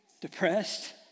depressed